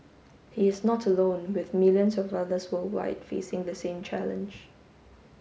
he is not alone with millions of others worldwide facing the same challenge